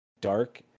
dark